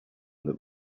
that